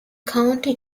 county